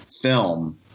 film